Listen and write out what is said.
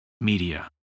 media